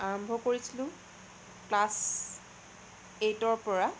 আৰম্ভ কৰিছিলোঁ ক্লাছ এইটৰ পৰা